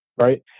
right